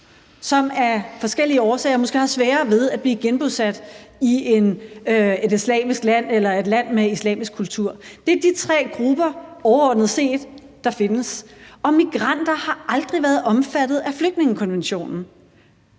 som af forskellige årsager måske har sværere ved at blive genbosat i et islamisk land eller i et land med islamisk kultur. Det er overordnet set de tre grupper, der findes, og migranter har aldrig været omfattet af flygtningekonventionen.